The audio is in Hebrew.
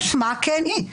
כשמה כן היא,